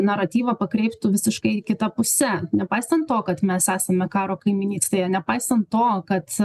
naratyvą pakreiptų visiškai kita puse nepaisant to kad mes esame karo kaimynystėje nepaisant to kad